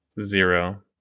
zero